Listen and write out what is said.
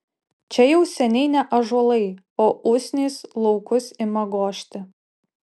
čia jau seniai ne ąžuolai o usnys laukus ima gožti